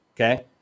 Okay